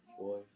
Boys